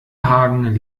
hagen